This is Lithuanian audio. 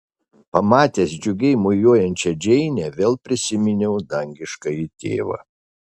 pamatęs džiugiai mojuojančią džeinę vėl prisiminiau dangiškąjį tėvą